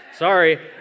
Sorry